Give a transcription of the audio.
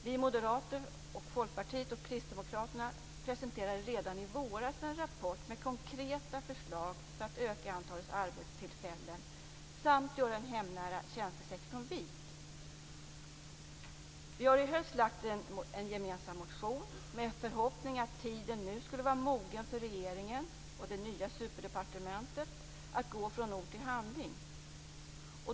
Vi moderater, Folkpartiet och Kristdemokraterna presenterade redan i våras en rapport med konkreta förslag för att öka antalet arbetstillfällen samt göra den hemnära tjänstesektorn vit. Vi har i höst väckt en gemensam motion med förhoppning om att tiden nu skulle vara mogen för regeringen och det nya superdepartementet att gå från ord till handling.